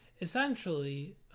essentially